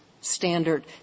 standard